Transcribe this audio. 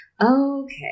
Okay